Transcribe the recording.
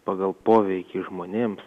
pagal poveikį žmonėms